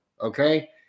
Okay